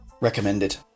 recommended